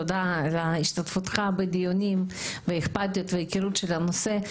תודה על השתתפותך בדיונים והאכפתיות וההיכרות של הנושא.